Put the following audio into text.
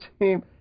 team